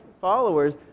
followers